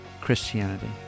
Christianity